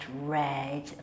red